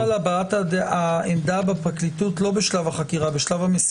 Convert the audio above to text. התלבטנו אם צריך לכתוב פה בשלב החקירה ולאחר